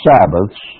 Sabbaths